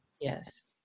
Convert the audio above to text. Yes